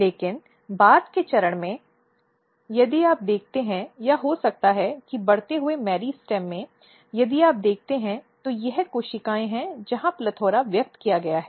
लेकिन बाद के चरण में यदि आप देखते हैं या हो सकता है कि बढ़ते हुए मेरिस्टेम में यदि आप देखते हैं तो यह कोशिकाएं हैं जहां PLETHORA व्यक्त किया गया है